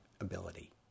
ability